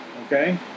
Okay